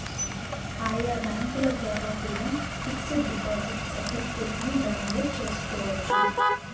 ఆయా బ్యాంకుల ద్వారా కూడా పిక్స్ డిపాజిట్ సర్టిఫికెట్ను డౌన్లోడ్ చేసుకోవచ్చు